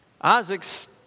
Isaac's